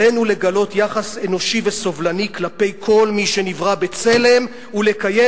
עלינו לגלות יחס אנושי וסובלני כלפי כל מי שנברא בצלם ולקיים